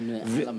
למעלה מ-1,000?